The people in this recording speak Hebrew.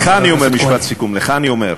לך אני אומר, משפט סיכום, לך אני אומר: